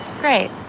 Great